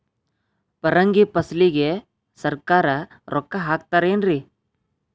ಪರಂಗಿ ಫಸಲಿಗೆ ಸರಕಾರ ರೊಕ್ಕ ಹಾಕತಾರ ಏನ್ರಿ?